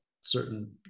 certain